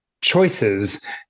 choices